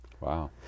Wow